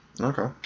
Okay